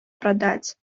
продать